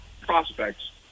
prospects